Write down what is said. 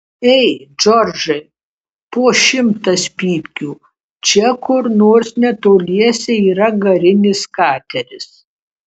ei džordžai po šimtas pypkių čia kur nors netoliese yra garinis kateris